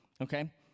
okay